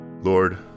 Lord